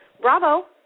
Bravo